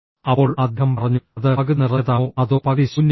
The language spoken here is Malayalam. അപ്പോൾ അദ്ദേഹം പറഞ്ഞുഃ അത് പകുതി നിറഞ്ഞതാണോ അതോ പകുതി ശൂന്യമാണോ